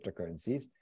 cryptocurrencies